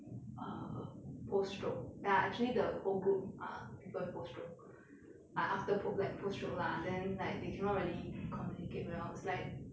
err post stroke ya actually the whole group are people with post stroke like after po~ post stroke lah then like they cannot really communicate well it's like